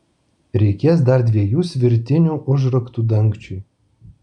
reikės dar dviejų svirtinių užraktų dangčiui